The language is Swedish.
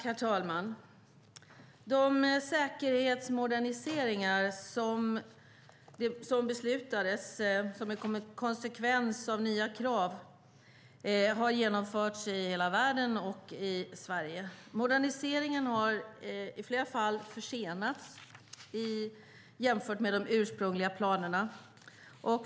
Herr talman! De säkerhetsmoderniseringar som beslutades som en konsekvens av nya krav har genomförts i hela världen och i Sverige. Moderniseringen har i flera fall försenats i förhållande till de ursprungliga planerna.